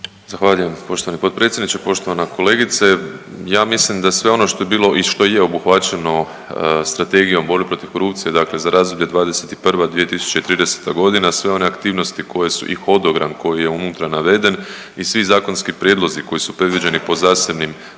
Zahvaljujem poštovani potpredsjedniče. Poštovana kolegice, ja mislim da sve ono što je bilo i što je obuhvaćeno strategijom borbe protiv korupcije, dakle za razdoblje '21. – 2030. godina sve one aktivnosti koje su i hodogram koji je unutra naveden i svi zakonski prijedlozi koji su predviđeni po zasebnim